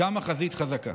גם החזית חזקה.